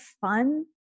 fun